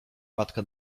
matka